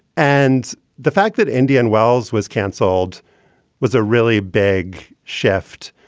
and the fact that indian wells was cancelled was a really big shift.